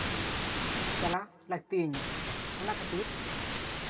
ᱪᱟᱞᱟᱜ ᱞᱟᱹᱠᱛᱤᱭᱤᱧᱟᱹ ᱚᱱᱟ ᱠᱷᱟᱹᱛᱤᱨ